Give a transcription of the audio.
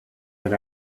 that